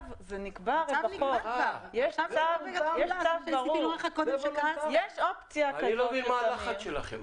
אני הסברתי לך שיש פרזנטציה שתוצג בהמשך.